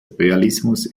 realismus